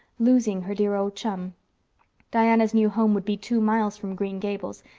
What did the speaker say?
losing her dear old chum diana's new home would be two miles from green gables,